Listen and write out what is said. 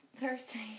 thursday